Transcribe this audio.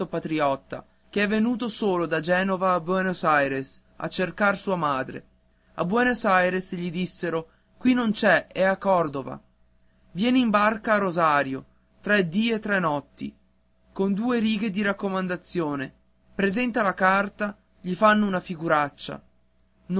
patriotta che è venuto solo da genova a buenos aires a cercare sua madre a buenos aires gli dissero qui non c'è è a cordova viene in barca a rosario tre dì e tre notti con due righe di raccomandazione presenta la carta gli fanno una figuraccia